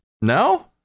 No